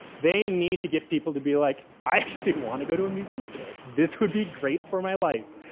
they need to get people to be like, i so should want to go to a museum today, this would be great for my life.